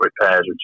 repairs